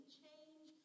change